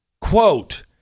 quote